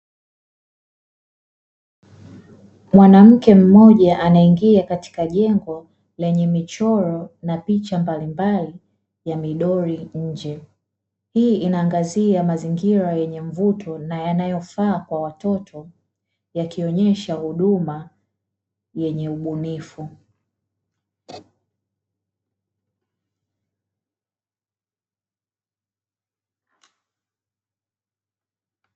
Mwanamke mmoja anaingia katika jengo lenye michoro na picha mbalimbali ya midoli nje; hii inaangazia mazingira yenye mvuto na yanayofaa kwa watoto, yakionyesha huduma yenye ubunifu.